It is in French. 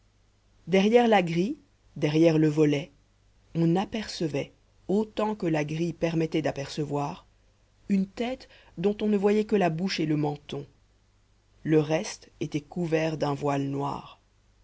derrière la grille derrière le volet on apercevait autant que la grille permettait d'apercevoir une tête dont on ne voyait que la bouche et le menton le reste était couvert d'un voile noir